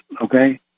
okay